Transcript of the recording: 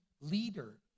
leader